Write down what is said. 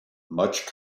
much